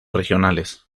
regionales